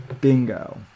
bingo